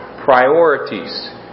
Priorities